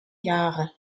jahre